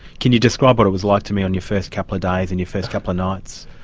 can you describe what it was like to me on your first couple of days and your first couple of nights?